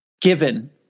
given